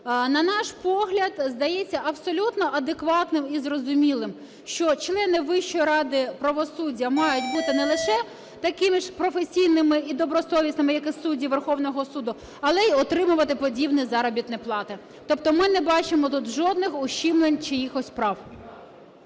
На наш погляд, здається, абсолютно адекватним і зрозумілим, що члени Вищої ради правосуддя мають бути не лише такими ж професійними і добросовісними, як і судді Верховного Суду, але й отримувати подібну заробітну плату. Тобто ми не бачимо тут жодних ущемлень чиїхось прав.